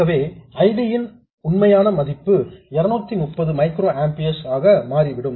ஆகவே I D இன் உண்மையான மதிப்பு 230 மைக்ரோஆம்பியர்ஸ் ஆக மாறிவிடும்